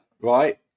right